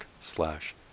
slash